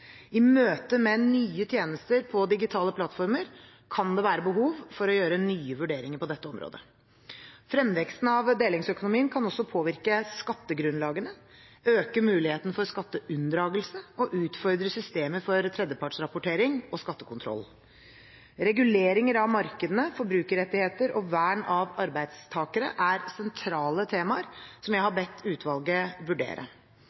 I møte med nye tjenester på digitale plattformer kan det være behov for å gjøre nye vurderinger på dette området. Fremveksten av delingsøkonomien kan også påvirke skattegrunnlagene, øke muligheten for skatteunndragelse og utfordre systemer for tredjepartsrapportering og skattekontroll. Reguleringer av markedene, forbrukerrettigheter og vern av arbeidstakere er sentrale temaer som jeg har bedt utvalget vurdere.